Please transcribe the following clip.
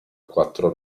quattro